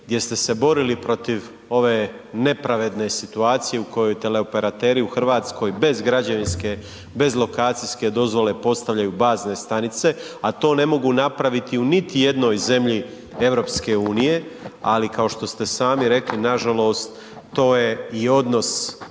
jer ste se borili protiv ove nepravedne situacije, u kojoj teleoperateri u Hrvatskoj, bez građevinske, bez lokacijske dozvole, postavljaju bazne stanice, a to ne mogu napraviti niti u jednoj zemlji EU, ali kao što ste sami rekli, nažalost, to je i odnos